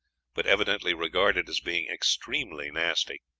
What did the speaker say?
but evidently regarded as being extremely nasty,